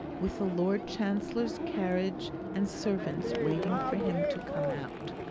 with the lord chancellor's carriage and servants waiting for him to come out.